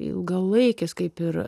ilgalaikis kaip ir